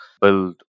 build